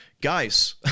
guys